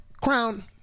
crown